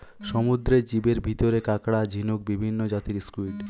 সমুদ্রের জীবের ভিতরে কাকড়া, ঝিনুক, বিভিন্ন জাতের স্কুইড,